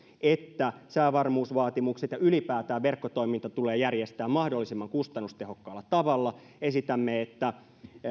että säävarmuusvaatimukset ja ylipäätään verkkotoiminta tulee järjestää mahdollisimman kustannustehokkaalla tavalla esitämme että